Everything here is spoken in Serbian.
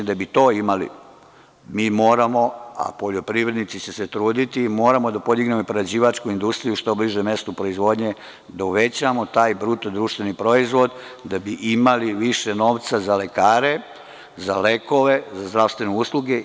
Da bi to imali, mi moramo, a poljoprivrednici će se truditi, da podignemo i prerađivačku industriju što bliže mestu proizvodnje, da uvećamo taj bruto društveni proizvod da bi imali više novca za lekare, za lekove, za zdravstvene usluge.